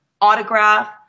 autograph